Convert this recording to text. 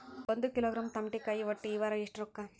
ಒಂದ್ ಕಿಲೋಗ್ರಾಂ ತಮಾಟಿಕಾಯಿ ಒಟ್ಟ ಈ ವಾರ ಎಷ್ಟ ರೊಕ್ಕಾ?